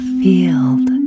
field